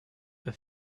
the